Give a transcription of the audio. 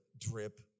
drip